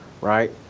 right